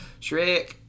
Shrek